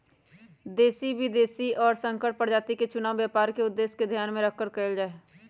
देशी, विदेशी और संकर प्रजाति के चुनाव व्यापार के उद्देश्य के ध्यान में रखकर कइल जाहई